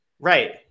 Right